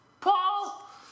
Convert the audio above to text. Paul